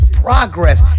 progress